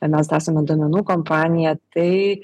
mes esame duomenų kompanija tai